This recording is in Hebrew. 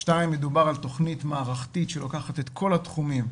שניים מדובר על תכנית מערכתית שלוקחת את כל התחומים,